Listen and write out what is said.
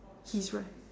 his right